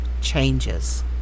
changes